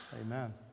amen